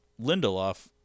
Lindelof